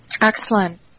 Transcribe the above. Excellent